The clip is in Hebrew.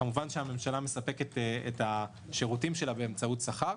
כמובן שהממשלה מספקת את השירותים שלה באמצעות שכר.